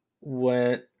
went